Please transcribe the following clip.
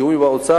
בתיאום עם האוצר,